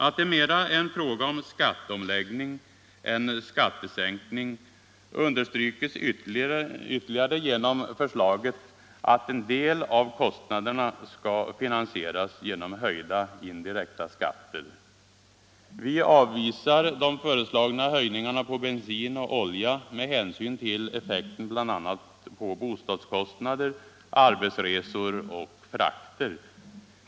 Att det mera är en fråga om skatteomläggning än om skattesänkning understryks ytterligare genom förslaget att en del av kostnaderna skall finansieras genom höjda indirekta skatter. Vi avvisar de föreslagna höjningarna på bensin och olja med hänsyn till effekten på bl.a. bostadskostnader, arbetsresor och frakter.